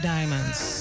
Diamonds